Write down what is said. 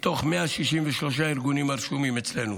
מתוך 163 הארגונים הרשומים אצלנו.